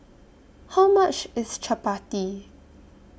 How much IS Chappati